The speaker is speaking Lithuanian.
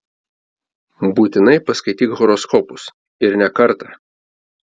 būtinai paskaityk horoskopus ir ne kartą